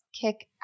kick